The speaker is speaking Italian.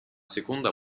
seconda